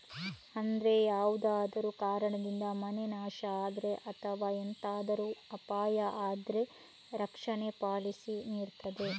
ಅಂದ್ರೆ ಯಾವ್ದಾದ್ರೂ ಕಾರಣದಿಂದ ಮನೆ ನಾಶ ಆದ್ರೆ ಅಥವಾ ಎಂತಾದ್ರೂ ಅಪಾಯ ಆದ್ರೆ ರಕ್ಷಣೆ ಪಾಲಿಸಿ ನೀಡ್ತದೆ